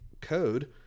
code